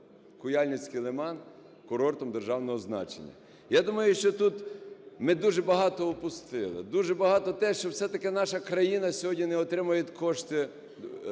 Куяльницький лиман курортом державного значення. Я думаю, що тат ми дуже багато упустили. Дуже багато, те, що все-таки наша країна сьогодні не отримає кошти